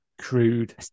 Crude